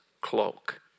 cloak